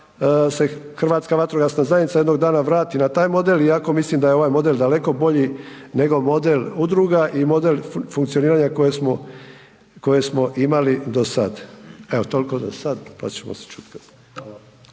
se Hrvatska vatrogasna zajednica jednog dana vrati na taj model iako mislim da je ovaj model daleko bolji nego model udruga i model funkcioniranja koje smo, koje smo imali do sad. Evo tolko za sad, pa ćemo se čut kad.